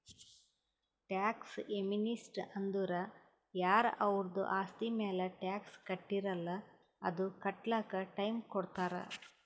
tax amnesty ಅಂದುರ್ ಯಾರ ಅವರ್ದು ಆಸ್ತಿ ಮ್ಯಾಲ ಟ್ಯಾಕ್ಸ್ ಕಟ್ಟಿರಲ್ಲ್ ಅದು ಕಟ್ಲಕ್ ಟೈಮ್ ಕೊಡ್ತಾರ್